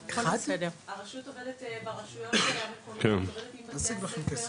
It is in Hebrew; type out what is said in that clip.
הרשות עובדת עם בתי הספר,